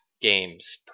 game's